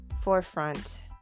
forefront